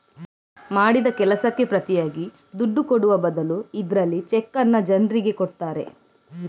ಮಾಡಿದ ಕೆಲಸಕ್ಕೆ ಪ್ರತಿಯಾಗಿ ದುಡ್ಡು ಕೊಡುವ ಬದಲು ಇದ್ರಲ್ಲಿ ಚೆಕ್ಕನ್ನ ಜನ್ರಿಗೆ ಕೊಡ್ತಾರೆ